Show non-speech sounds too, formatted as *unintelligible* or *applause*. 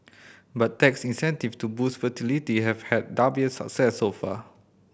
but tax incentive to boost fertility have had *unintelligible* success so far